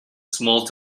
small